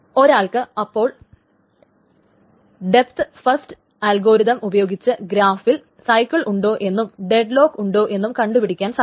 ഒരാൾക്ക് അപ്പോൾ depth first algorithm ഉപയോഗിച്ച് ഗ്രാഫിൽ സൈക്കിൾ ഉണ്ടോ എന്നും ഡെഡ്ലോക്ക് ഉണ്ടോ എന്നും കണ്ടു പിടിക്കാൻ സാധിക്കും